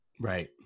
Right